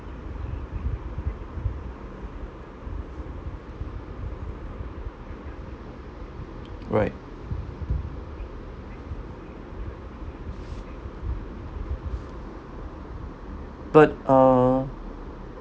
right but uh